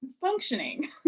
Functioning